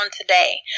today